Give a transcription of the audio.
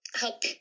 help